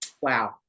wow